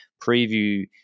preview